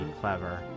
clever